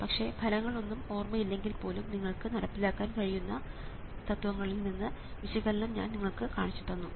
പക്ഷേ ഫലങ്ങളൊന്നും ഓർമ്മ ഇല്ലെങ്കിൽ പോലും നിങ്ങൾക്ക് നടപ്പിലാക്കാൻ കഴിയുന്ന ആദ്യ തത്വങ്ങളിൽ നിന്നുള്ള വിശകലനം ഞാൻ നിങ്ങൾക്ക് കാണിച്ചുതന്നു